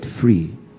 free